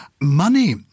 Money